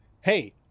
hey